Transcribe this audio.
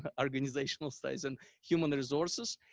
ah organizational studies and human resources.